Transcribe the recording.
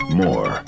more